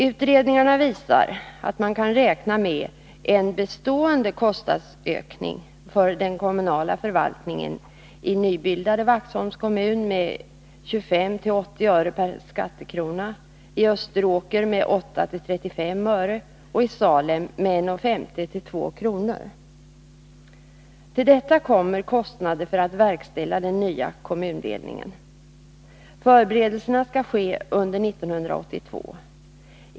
Utredningarna visar att man kan räkna med en bestående kostnadsökning för den kommunala förvaltningen i nybildade Vaxholms kommun med 25-80 öre per skattekrona, i Österåkers kommun med 8-35 öre och i Salems kommun med 1:50-2:00 kr. Till detta kommer kostnader för att verkställa den nya kommunindelningen. Förberedelserna skall ske under 1982.